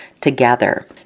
together